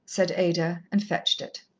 said ada, and fetched it.